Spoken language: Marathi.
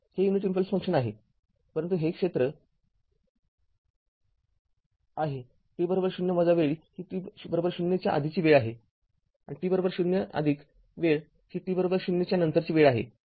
हे युनिट इंपल्स फंक्शन आहे परंतु हे क्षेत्र १ आहे t ० वेळ ही t ० च्या आधीची वेळ आहे आणि t० वेळ ही t ० च्या नंतरची वेळ आहे